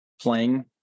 playing